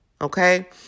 Okay